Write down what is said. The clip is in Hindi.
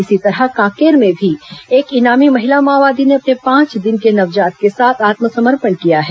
इसी तरह कांकेर में भी एक इनामी महिला माओवादी ने अपने पांच दिन के नवजात के साथ आत्मसमर्पण किया है